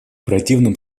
противном